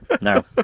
No